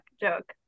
joke